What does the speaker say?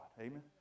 Amen